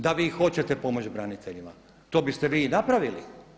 Da vi hoćete pomoći braniteljima to biste vi i napravili.